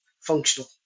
functional